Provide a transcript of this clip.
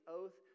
oath